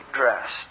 dressed